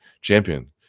champion